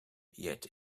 yet